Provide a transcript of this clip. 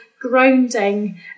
grounding